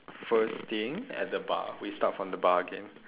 first thing at the bar we start from the bar again